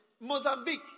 Mozambique